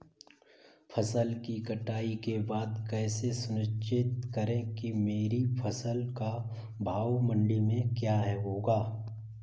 फसल की कटाई के बाद कैसे सुनिश्चित करें कि मेरी फसल का भाव मंडी में क्या होगा?